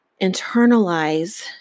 internalize